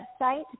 website